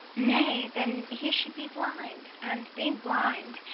nay, then, he should be blind and, being blind,